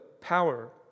power